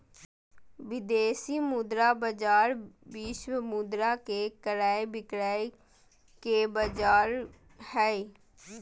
विदेशी मुद्रा बाजार विश्व के मुद्रा के क्रय विक्रय के बाजार हय